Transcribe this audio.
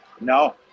No